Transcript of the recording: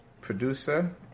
producer